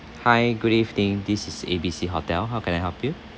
hi good evening this is A B C hotel how can I help you